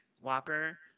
Whopper